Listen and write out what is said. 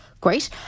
Great